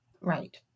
Right